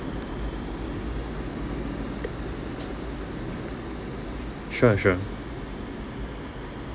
sure sure